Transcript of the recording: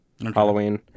Halloween